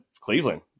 Cleveland